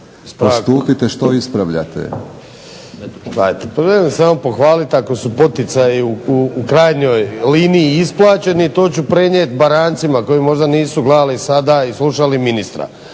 Postupite što ispravljate.